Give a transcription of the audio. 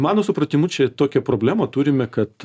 mano supratimu čia tokią problemą turime kad